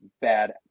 bad